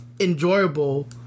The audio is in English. enjoyable